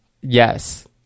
yes